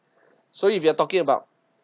so if you're talking about